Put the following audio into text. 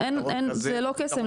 זה לא קסם,